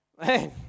man